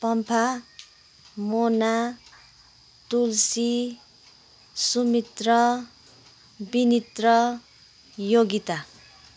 Pampha Mona Tulsi Sumitra Binitra Yogita